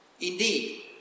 Indeed